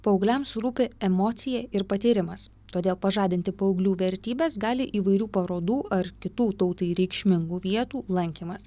paaugliams rūpi emocija ir patyrimas todėl pažadinti paauglių vertybes gali įvairių parodų ar kitų tautai reikšmingų vietų lankymas